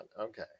okay